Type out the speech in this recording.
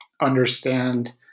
understand